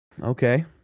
Okay